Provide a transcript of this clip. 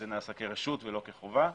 נעשה כרשות ולא כחובה,